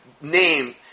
name